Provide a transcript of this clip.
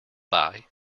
buy